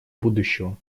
будущего